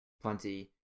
plenty